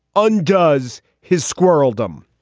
undoes his squirrel them.